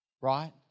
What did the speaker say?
right